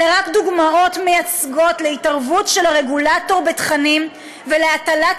אלה רק דוגמאות מייצגות להתערבות של הרגולטור בתכנים ולהטלת